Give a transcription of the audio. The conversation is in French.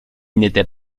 n’était